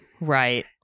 Right